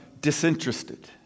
disinterested